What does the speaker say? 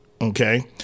Okay